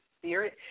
spirit